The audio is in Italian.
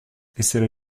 essere